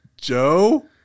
Joe